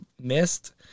missed